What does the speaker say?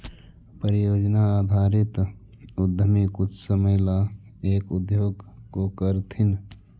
परियोजना आधारित उद्यमी कुछ समय ला एक उद्योग को करथीन